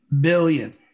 billion